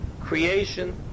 creation